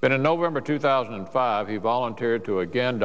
but in november two thousand and five he volunteered to again